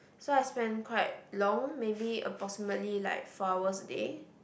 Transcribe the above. so I spend quite long maybe approximately like four hours a day